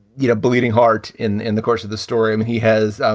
you know, a bleeding heart in in the course of the story. and he has, ah